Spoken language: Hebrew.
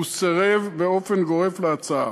הוא סירב באופן גורף להצעה.